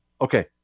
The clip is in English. Okay